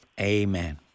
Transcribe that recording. Amen